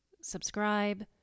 subscribe